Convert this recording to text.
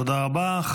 תודה רבה.